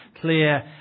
clear